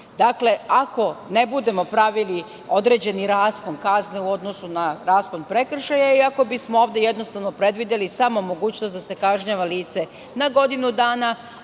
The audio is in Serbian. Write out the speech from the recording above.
dana. Dakle, ako ne budemo pravili određeni raspon kazne u odnosu na raspon prekršaja i ako bismo ovde jednostavno predvideli samo mogućnost da se kažnjava lice na godinu dana,